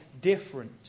different